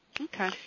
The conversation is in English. Okay